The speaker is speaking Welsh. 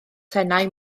tenau